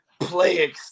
play